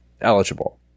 eligible